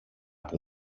που